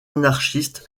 anarchiste